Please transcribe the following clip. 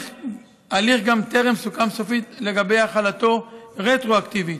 גם טרם סוכם סופית לגבי החלת ההליך רטרואקטיבית.